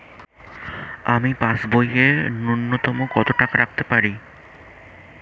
আমি পাসবইয়ে ন্যূনতম কত টাকা রাখতে পারি?